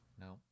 no